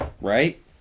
right